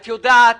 את יודעת